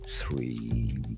three